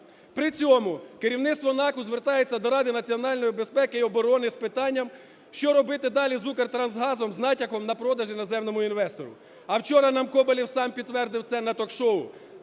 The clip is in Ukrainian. При цьому керівництво НАКу звертається до Ради національної безпеки і оборони з питанням, що робити далі з "Укртрансгазом" з натяком на продаж іноземному інвестору. А вчора нам Коболєв сам підтвердив це на ток-шоу.